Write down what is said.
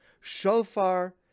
Shofar